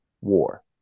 war